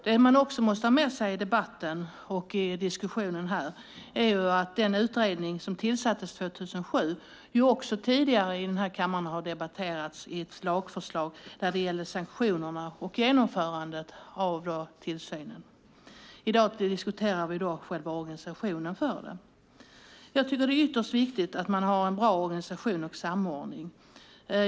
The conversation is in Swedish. Det man också måste ha med sig i debatten och i diskussionen här är att den utredning som tillsattes 2007 ju också tidigare i den här kammaren har debatterats i ett lagförslag där det gällde sanktionerna och genomförandet av tillsynen. I dag diskuterar vi alltså själva organisationen för det. Jag tycker att det är ytterst viktigt att man har en bra organisation och samordning.